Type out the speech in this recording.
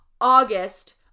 August